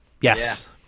Yes